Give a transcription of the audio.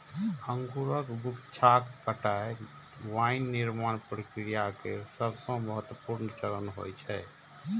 अंगूरक गुच्छाक कटाइ वाइन निर्माण प्रक्रिया केर सबसं महत्वपूर्ण चरण होइ छै